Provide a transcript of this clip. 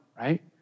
right